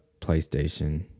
playstation